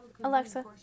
Alexa